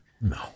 No